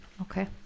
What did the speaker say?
Okay